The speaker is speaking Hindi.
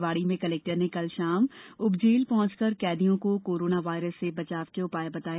निवाड़ी में कलेक्टर ने कल शाम उपजेल पहंचकर कैदियों को कोरोना वायरस से बचाव के उपाय बताए